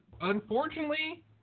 unfortunately